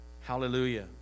Hallelujah